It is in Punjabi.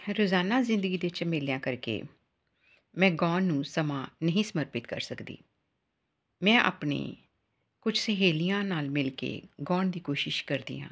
ਰੋਜ਼ਾਨਾ ਜ਼ਿੰਦਗੀ ਦੇ ਝਮੇਲਿਆਂ ਕਰਕੇ ਮੈਂ ਗਾਉਣ ਨੂੰ ਸਮਾਂ ਨਹੀਂ ਸਮਰਪਿਤ ਕਰ ਸਕਦੀ ਮੈਂ ਆਪਣੇ ਕੁਛ ਸਹੇਲੀਆਂ ਨਾਲ ਮਿਲ ਕੇ ਗਾਉਣ ਦੀ ਕੋਸ਼ਿਸ਼ ਕਰਦੀ ਹਾਂ